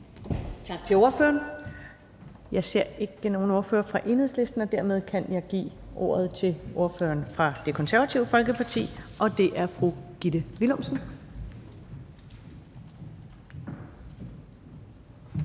Tak til ordføreren. Jeg ser ikke nogen ordfører for Enhedslisten, og dermed kan jeg give ordet til ordføreren for Det Konservative Folkeparti, og det er fru Gitte Willumsen.